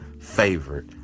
favorite